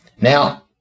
Now